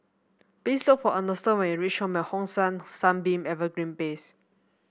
please look for Ernesto when you reach Home at Hong San Sunbeam Evergreen Place